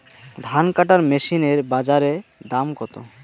ধান কাটার মেশিন এর বাজারে দাম কতো?